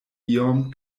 iom